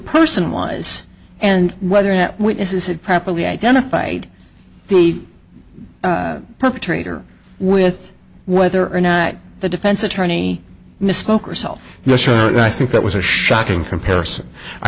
person was and whether that witnesses it properly identified the perpetrator with whether or not the defense attorney misspoke herself not sure i think that was a shocking comparison i